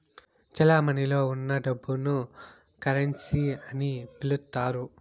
చెలమణిలో ఉన్న డబ్బును కరెన్సీ అని పిలుత్తారు